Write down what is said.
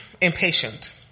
impatient